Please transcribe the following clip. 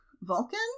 Vulcan